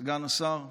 סגן השר,